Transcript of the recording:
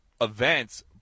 events